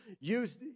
use